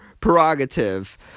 prerogative